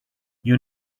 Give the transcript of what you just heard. you